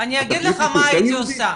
אני יגיד לך מה הייתי עושה,